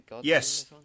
Yes